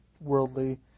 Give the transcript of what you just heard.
worldly